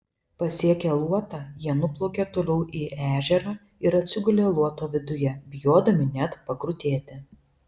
pasiekę luotą jie nuplaukė toliau į ežerą ir atsigulė luoto viduje bijodami net pakrutėti